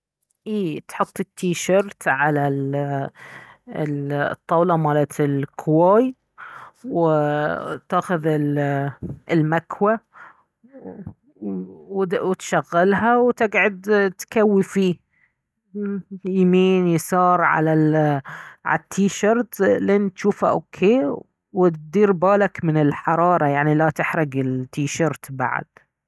ايه تحط التيشيرت على الطاولة مالة الكواي وتاخذ المكوى وتشغلها وتقعد تكوي فيه يمين يسار على التشيرت لين تشوفه اوكي ودير بالك من الحرارة يعني لا تحرق التيشيرت بعد